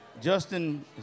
Justin